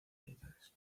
militares